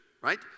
right